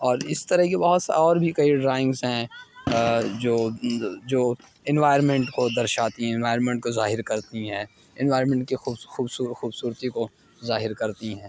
اور اس طرح کی بہت سا اور بھی کئی ڈرائنگس ہیں جو جو انوائرمنٹ کو درشاتی ہیں انوائرمنٹ کو ظاہر کرتی ہیں انوائرمنٹ کی خوبصو خوبصور خوبصورتی کو ظاہر کرتی ہیں